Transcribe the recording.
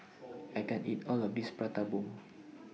I can't eat All of This Prata Bomb